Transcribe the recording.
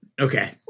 okay